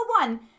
one